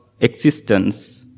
existence